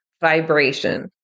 vibration